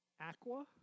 Aqua